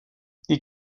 die